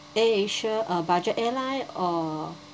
AirAsia uh budget airline or